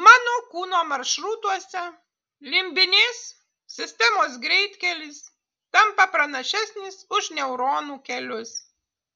mano kūno maršrutuose limbinės sistemos greitkelis tampa pranašesnis už neuronų kelius